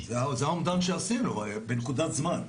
לא, מה פתאום, זה האומדן שעשינו בנקודת זמן.